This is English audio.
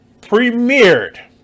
premiered